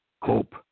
cope